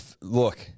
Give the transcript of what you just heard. Look